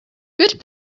good